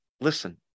Listen